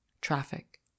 Traffic